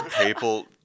People